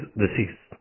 deceased